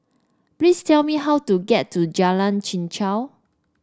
please tell me how to get to Jalan Chichau